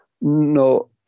no